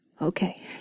okay